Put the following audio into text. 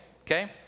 Okay